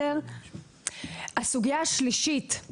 הסוגייה השלישית היא